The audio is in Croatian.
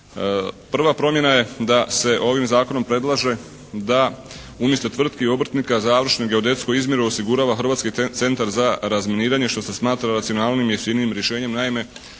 Prva promjena je da se ovim zakonom predlaže da umjesto tvrtki i obrtnika završnu geodetsku izmjeru osigurava Hrvatski centar za razminiranje što se smatra racionalnijim i jeftinijim rješenjem. Naime,